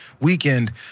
weekend